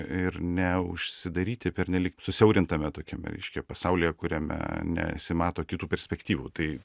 ir neužsidaryti pernelyg susiaurintame tokiame reiškia pasaulyje kuriame nesimato kitų perspektyvų tai